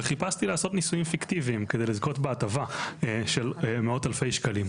וחיפשתי לעשות נישואים פיקטיביים כדי לזכות בהטבה של מאות אלפי שקלים.